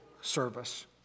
service